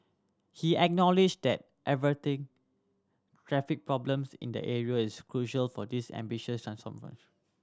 he acknowledged that averting traffic problems in the area is crucial for this ambitious